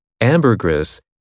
ambergris